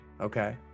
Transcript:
Okay